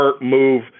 Move